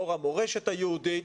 לאור המורשת היהודית,